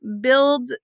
build